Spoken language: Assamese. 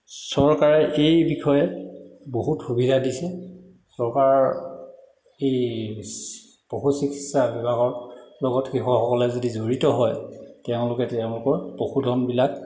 চৰকাৰে এই বিষয়ে বহুত সুবিধা দিছে চৰকাৰৰ এই পশু চিকিৎসা বিভাগৰ লগত কৃষকসকলে যদি জড়িত হয় তেওঁলোকে তেওঁলোকৰ পশুধনবিলাক